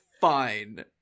fine